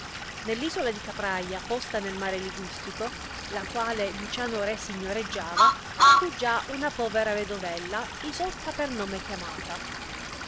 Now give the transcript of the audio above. nell'isola di capraia posta nel mare ligustico la quale luciano re signoreggiava fu già una povera vedovella isotta per nome chiamata